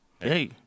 Hey